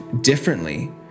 differently